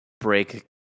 break